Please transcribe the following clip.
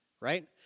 right